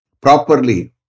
properly